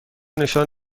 نشان